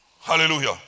Hallelujah